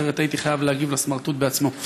אחרת הייתי חייב להגיב לסמרטוט בעצמו.